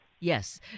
Yes